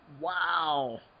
Wow